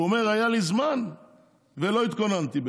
שהוא אומר: היה לי זמן ובעצם לא התכוננתי.